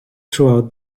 throughout